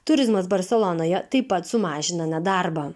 turizmas barselonoje taip pat sumažina nedarbą